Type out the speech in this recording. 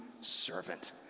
servant